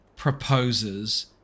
Proposes